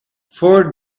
four